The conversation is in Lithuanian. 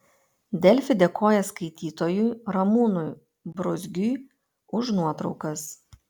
delfi dėkoja skaitytojui ramūnui bruzgiui už nuotraukas